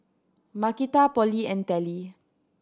Markita Polly and Telly